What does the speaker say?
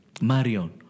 Marion